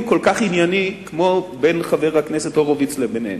כל כך ענייני כמו בין חבר הכנסת הורוביץ לבינינו.